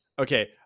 Okay